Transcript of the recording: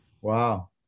Wow